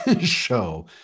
show